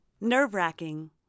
nerve-wracking